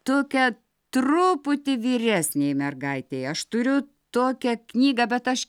tokią truputį vyresnei mergaitei aš turiu tokią knygą bet aš